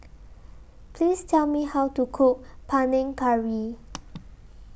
Please Tell Me How to Cook Panang Curry